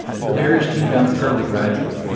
the barriers came down fairly gradually.